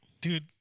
dude